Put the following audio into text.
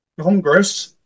Congress